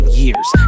years